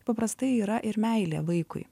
paprastai yra ir meilė vaikui